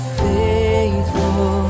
faithful